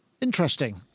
interesting